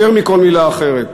יותר מכל מילה אחרת.